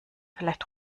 vielleicht